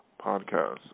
podcast